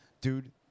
dude